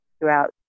throughout